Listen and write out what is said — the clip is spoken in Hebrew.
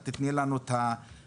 את תתני לנו את הפילוח.